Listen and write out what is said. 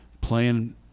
playing